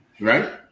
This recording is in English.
Right